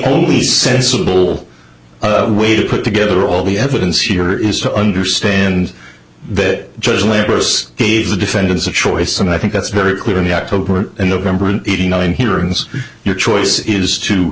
only sensible way to put together all the evidence here is to understand that judge laborous gave the defendants a choice and i think that's very clear in the october and november an eighty nine hearings your choice is to